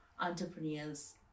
entrepreneurs